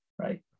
Right